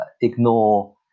ignore